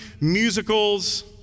musicals